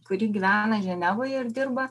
kuri gyvena ženevoje ir dirba